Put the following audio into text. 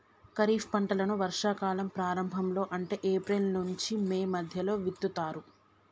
ఖరీఫ్ పంటలను వర్షా కాలం ప్రారంభం లో అంటే ఏప్రిల్ నుంచి మే మధ్యలో విత్తుతరు